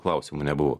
klausimu nebuvo